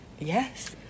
Yes